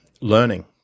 learning